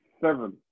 Seven